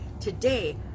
today